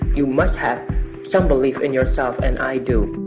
you must have some belief in yourself, and i do